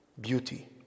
beauty